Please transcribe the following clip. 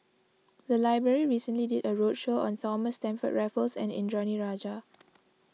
the library recently did a roadshow on Thomas Stamford Raffles and Indranee Rajah